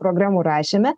programų rašyme